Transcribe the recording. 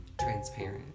transparent